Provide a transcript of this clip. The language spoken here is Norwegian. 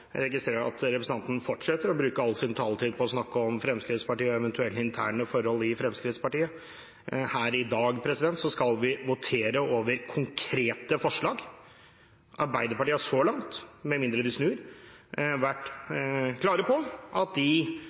Jeg registrerer at representanten fortsetter å bruke all sin taletid på å snakke om Fremskrittspartiet og eventuelle interne forhold i Fremskrittspartiet. I dag skal vi votere over konkrete forslag. Arbeiderpartiet har så langt, med mindre de snur, vært klare på at de